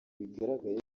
bigaragaye